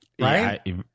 right